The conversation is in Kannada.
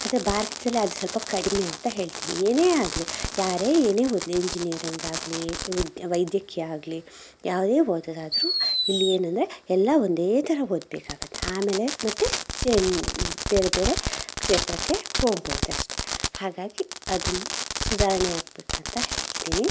ಆದರೆ ಭಾರತದಲ್ಲಿ ಅದು ಸ್ವಲ್ಪ ಕಡಿಮೆ ಅಂತ ಹೇಳ್ತೀನಿ ಏನೇ ಆಗಲಿ ಯಾರೇ ಏನೇ ಓದಲಿ ಇಂಜಿನಿಯರಿಂಗ್ ಆಗಲಿ ವಿದ್ ವೈದ್ಯಕೀಯ ಆಗಲಿ ಯಾವುದೇ ಓದೋದಾದ್ರೂ ಇಲ್ಲಿ ಏನಂದರೆ ಎಲ್ಲ ಒಂದೇ ಥರ ಓದಬೇಕಾಗತ್ತೆ ಆಮೇಲೆ ಮತ್ತು ಬೇರೆ ಬೇರೆ ಕ್ಷೇತ್ರಕ್ಕೆ ಹೋಗ್ಬೌದಷ್ಟೆ ಹಾಗಾಗಿ ಅದೊಂದು ಸುಧಾರಣೆಯಾಗ್ಬೇಕಂತ ಹೇಳ್ತೀನಿ